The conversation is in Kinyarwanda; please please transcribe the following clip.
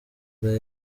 the